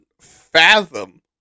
fathom